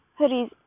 hoodies